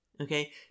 Okay